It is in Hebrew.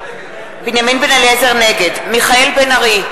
בן-אליעזר, נגד מיכאל בן-ארי,